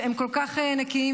שהם כל כך נקיים,